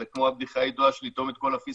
זה כמו הבדיחה הידועה של לטעום את כל הפיסטוקים,